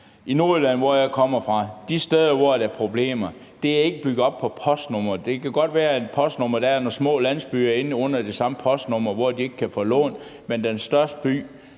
I Nordjylland, hvor jeg kommer fra, er de steder, hvor der er problemer, ikke bygget op på postnumre. Det kan godt være, at der er nogle små landsbyer inde under det samme postnummer, hvor de ikke kan få lån, men i den største by